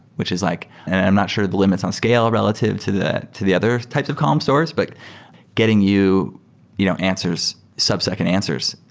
which is like i'm not sure the limits on-scale relative to the to the other types of column stores, but getting you you know answers, sub-second answers,